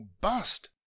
bust